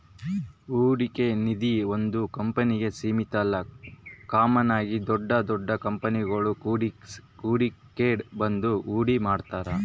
ಹೂಡಿಕೆ ನಿಧೀ ಒಂದು ಕಂಪ್ನಿಗೆ ಸೀಮಿತ ಅಲ್ಲ ಕಾಮನ್ ಆಗಿ ದೊಡ್ ದೊಡ್ ಕಂಪನಿಗುಳು ಕೂಡಿಕೆಂಡ್ ಬಂದು ಹೂಡಿಕೆ ಮಾಡ್ತಾರ